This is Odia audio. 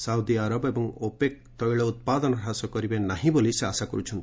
ସାଉଦି ଆରବ ଏବଂ ଓପେକ୍ ତୈଳ ଉତ୍ପାଦନ ହ୍ରାସ କରିବେ ନାହିଁ ବୋଲି ସେ ଆଶା କରୁଛନ୍ତି